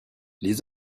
les